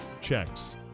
checks